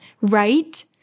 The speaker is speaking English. Right